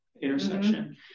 intersection